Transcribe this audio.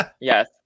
Yes